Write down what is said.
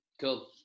Cool